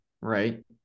right